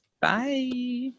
bye